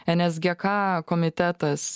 nsgk komitetas